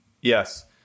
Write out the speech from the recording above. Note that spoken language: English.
Yes